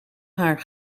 haar